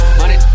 money